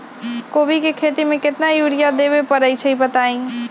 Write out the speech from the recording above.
कोबी के खेती मे केतना यूरिया देबे परईछी बताई?